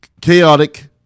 chaotic